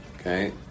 Okay